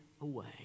away